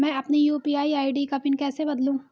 मैं अपनी UPI ID का पिन कैसे बदलूं?